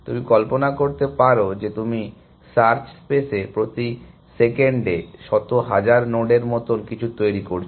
তুমি কল্পনা করতে পারো যে তুমি সার্চ স্পেসে প্রতি সেকেন্ডে শত হাজার নোডের মতো কিছু তৈরি করছো